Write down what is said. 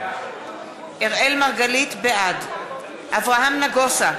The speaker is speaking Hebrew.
בעד אברהם נגוסה,